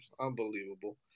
Unbelievable